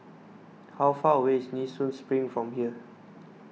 how far away is Nee Soon Spring from here